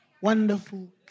wonderful